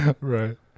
right